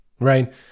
right